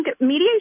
mediation